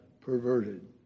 perverted